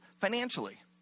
financially